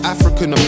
African